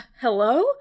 Hello